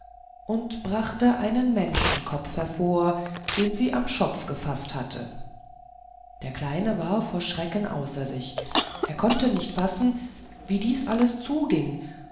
und brachte einen menschenkopf hervor den sie am schopf gefaßt hatte der kleine war vor schrecken außer sich er konnte nicht fassen wie dies alles zuging